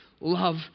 love